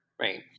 right